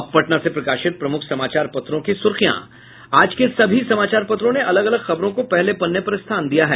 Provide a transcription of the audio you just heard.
अब पटना से प्रकाशित प्रमुख समाचार पत्रों की सुर्खियां आज के सभी समाचार पत्रों ने अलग अलग खबरों को पहले पन्ने पर स्थान दिया है